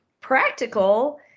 practical